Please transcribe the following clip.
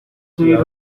seguir